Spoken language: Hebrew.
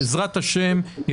בעזרת השם,